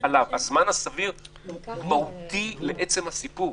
הזמן הסביר מהותי לסיפור.